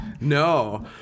No